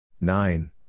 Nine